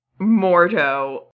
Mordo